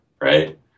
Right